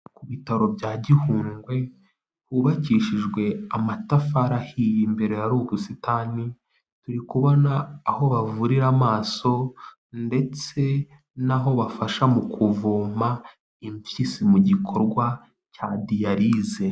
Ibitaro bya Gihundwe hubakishijwe amatafari ahiye imbere hari ubusitani, turi kubona aho bavurira amaso ndetse n'aho bafasha mu kuvoma impyisi mu gikorwa cya diyarize.